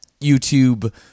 YouTube